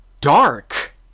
Dark